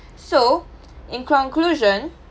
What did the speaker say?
so in conclusion